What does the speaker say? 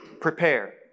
prepare